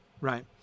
right